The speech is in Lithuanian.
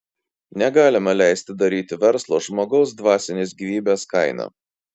negalima leisti daryti verslo žmogaus dvasinės gyvybės kaina